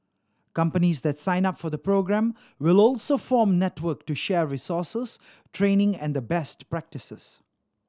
companies that sign up for the programme will also form network to share resources training and best practises